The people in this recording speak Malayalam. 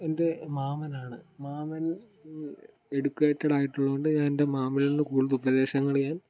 എൻ്റെ മാമനാണ് മാമൻ എഡ്യൂക്കേറ്റഡ് ആയിട്ടുള്ളത് കൊണ്ട് എൻ്റെ മാമനിൽ നിന്ന് കൂടുതൽ ഉപദേശങ്ങൾ ഞാൻ